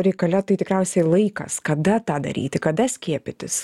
reikale tai tikriausiai laikas kada tą daryti kada skiepytis